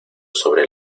sobre